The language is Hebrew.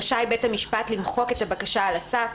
רשאי בית המשפט למחוק את הבקשה על הסף,